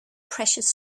precious